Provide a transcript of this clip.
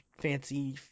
fancy